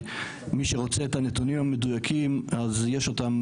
ומי שרוצה את הנתונים המדויקים אז יש אותם